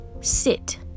Sit